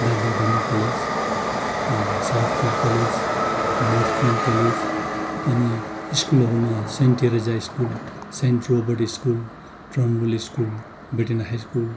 Darjeeling government college Southfield college North Point college अनि स्कुलहरूमा saint Teresa school saint Robert school Turnbull school बेटेन high school